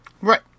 right